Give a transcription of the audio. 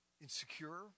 insecure